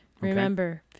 Remember